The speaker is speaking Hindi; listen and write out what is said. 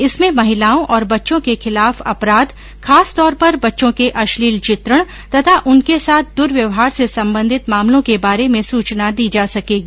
इसमें महिलाओं और बच्चों के खिलाफ अपराध खासतौर पर बच्चों के अश्लील चित्रण तथा उनके साथ दुर्व्यवहार से संबंधित मामलों के बारे में सूचना दी जा सकेगी